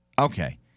Okay